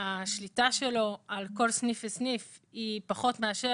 השליטה שלו על כל סניף וסניף היא פחות מאשר